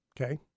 Okay